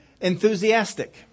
Enthusiastic